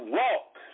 walk